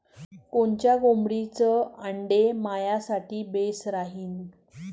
कोनच्या कोंबडीचं आंडे मायासाठी बेस राहीन?